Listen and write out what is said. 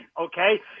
okay